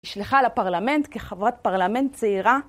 נשלחה לפרלמנט כחברת פרלמנט צעירה.